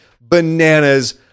bananas